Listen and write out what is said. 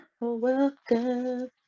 welcome